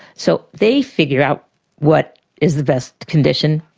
so they figured out what is the best condition.